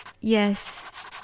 yes